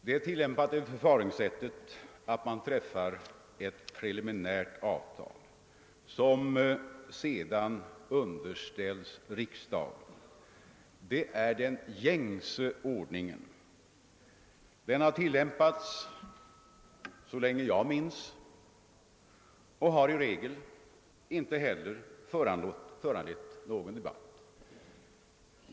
Det tillämpade förfaringssättet — att ett preliminärt avtal träffas och sedan underställs riksdagen — utgör den gängse ordningen. Det har tillämpats så länge jag minns och har i regel inte föranlett någon debatt.